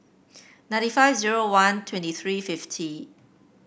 ninety five zero one twenty three fifty